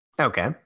Okay